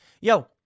yo